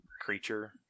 creature